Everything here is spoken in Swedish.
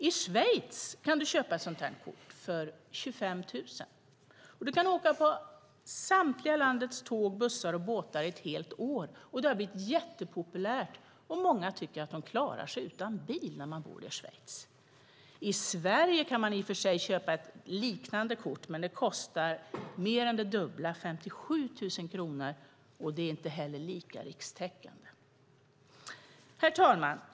I Schweiz kan du köpa ett sådant kort för 25 000, och du kan åka på samtliga landets tåg, bussar och båtar ett helt år. Det har blivit jättepopulärt. Många tycker att de klarar sig utan bil när de bor i Schweiz. I Sverige kan man i och för sig köpa ett liknande kort, men det kostar mer än det dubbla, 57 000 kronor, och det är inte lika rikstäckande. Herr talman!